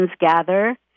gather